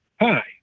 hi